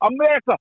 America